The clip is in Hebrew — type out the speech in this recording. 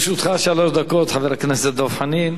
לרשותך שלוש דקות, חבר הכנסת דב חנין.